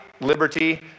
liberty